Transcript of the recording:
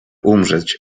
umrzeć